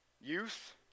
Youth